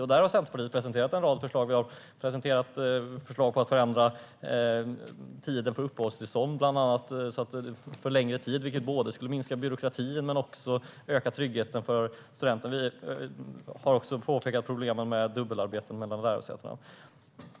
Här har Centerpartiet presenterat en rad förslag, bland annat förlängda uppehållstillstånd, vilket både skulle minska byråkratin och öka tryggheten för studenterna. Vi har också påtalat problemet med dubbelarbete mellan lärosäten.